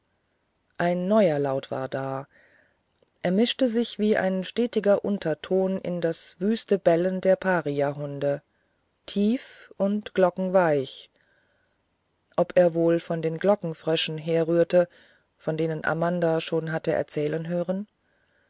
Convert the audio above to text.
ein neuer laut war da er mischte sich wie ein stetiger unterton in das wüste bellen der pariahunde tief und glockenweich ob er wohl von den glockenfröschen herrührte von denen amanda hatte erzählen hören